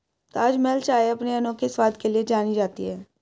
ताजमहल चाय अपने अनोखे स्वाद के लिए जानी जाती है